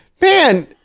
man